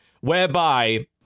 whereby